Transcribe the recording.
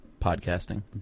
podcasting